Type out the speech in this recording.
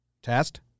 Test